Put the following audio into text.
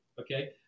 Okay